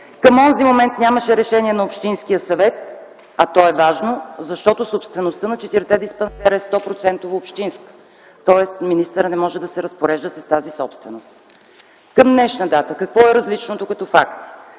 Към онзи момент нямаше решение на Общинския съвет, а то е важно, защото собствеността на четирите диспансера е 100-процентово общинска, тоест министърът не може да се разпорежда с тази собственост. Към днешна дата какво е различното като факти?